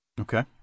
Okay